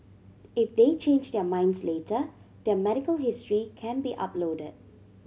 if they change their minds later their medical history can be uploaded